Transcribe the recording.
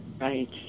Right